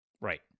Right